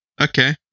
Okay